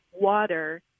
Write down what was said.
water